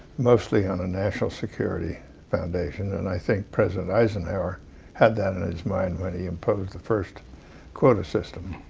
mostly on a national security foundation. and i think president eisenhower had that on his mind when he imposed the first quota system.